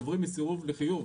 עוברים מסירוב לחיוב,